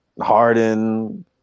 Harden